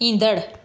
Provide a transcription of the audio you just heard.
ईंदड़ु